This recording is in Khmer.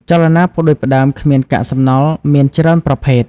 ចលនាផ្តួចផ្តើមគ្មានកាកសំណល់មានច្រើនប្រភេទ។